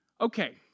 Okay